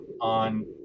on